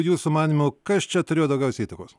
jūsų manymu kas čia turėjo daugiausiai įtakos